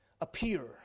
appear